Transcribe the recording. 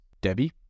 Debbie